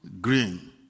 green